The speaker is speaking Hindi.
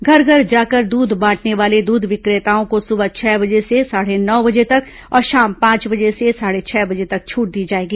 घर घर जाकर दूध बांटने वाले दूध विक्रेताओं को सुबह छह बजे से साढ़े नौ बजे तक और शाम पांच बजे से साढ़े छह बजे तक छूट दी जाएगी